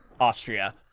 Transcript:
Austria